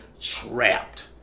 trapped